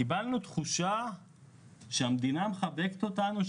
קיבלנו תחושה שהמדינה מחבקת אותנו.